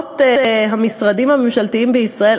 שמערכות המשרדים הממשלתיים בישראל,